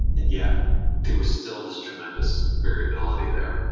and yet there was still this tremendous variability there.